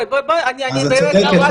לא,